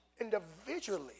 individually